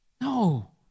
No